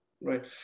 Right